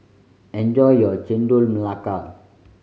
enjoy your Chendol Melaka